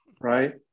right